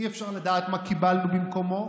אי-אפשר לדעת מה קיבלנו במקומו,